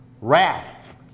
wrath